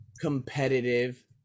competitive